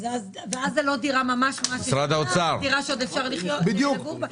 ואז זאת דירה שעוד אפשר לחיות בה ולגור בה.